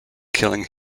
killing